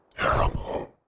terrible